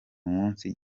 munsi